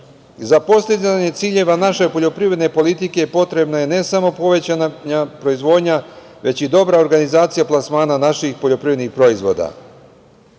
postizanje ciljeva naše poljoprivredne politike potrebna je ne samo povećana proizvodnja, već i dobra organizacija plasmana naših poljoprivrednih proizvoda,